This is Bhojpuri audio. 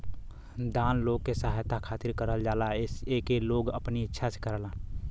दान लोग के सहायता खातिर करल जाला एके लोग अपने इच्छा से करेलन